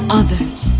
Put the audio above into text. others